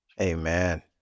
Amen